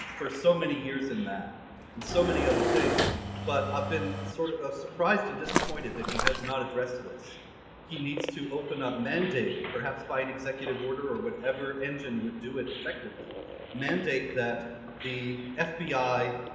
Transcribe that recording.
for so many years in that and so many other things but i've been sort of of surprised and disappointed that he has not addressed to this he needs to open up mandate perhaps by an executive order or whatever engine would do it effectively mandate that the fbi,